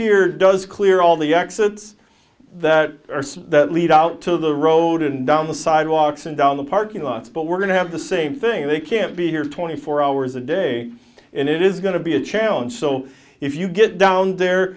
here does clear all the exits that are so that lead out to the road and down the sidewalks and down the parking lots but we're going to have the same thing they can't be here twenty four hours a day and it is going to be a challenge so if you get down there